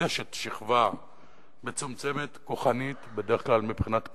מקדשת שכבה מצומצמת, כוחנית, בדרך כלל מבחינת כוח,